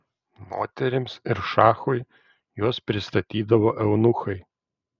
moterims ir šachui juos pristatydavo eunuchai